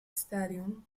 stadium